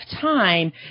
time